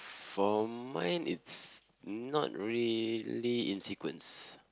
for mine it's not really in sequence